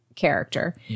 character